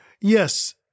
Yes